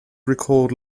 recalled